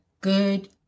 Good